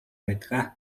байдаг